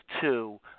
two